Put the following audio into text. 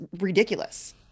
ridiculous